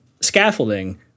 scaffolding